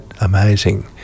amazing